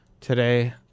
today